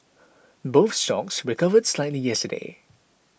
both stocks recovered slightly yesterday